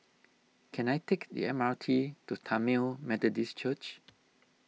Can I take the M R T to Tamil Methodist Church